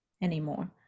anymore